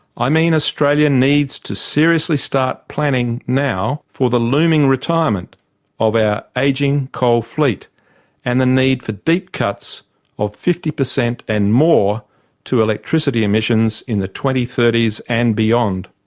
i mean australia needs to seriously start planning now for the looming retirement of our aging coal fleet and the need for deep cuts of fifty percent and more to electricity emissions in the twenty thirty s and beyond.